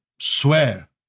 swear